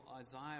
Isaiah